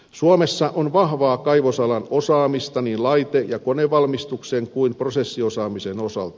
suomessa on vahvaa kaivosalan osaamista niin laite ja konevalmistuksen kuin prosessiosaamisen osalta